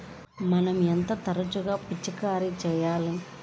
మనం ఎంత తరచుగా పిచికారీ చేయాలి?